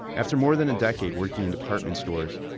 after more than a decade working in department stores,